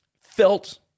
felt